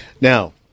Now